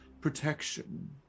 protection